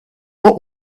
what